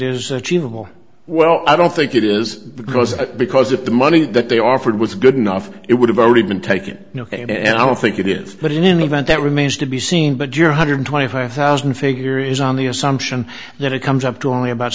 achievable well i don't think it is because because of the money that they offered was good enough it would have already been taken and i don't think it did but in any event that remains to be seen but your hundred twenty five thousand figure is on the assumption that it comes up to only about